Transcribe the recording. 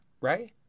right